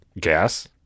gas